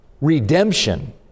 redemption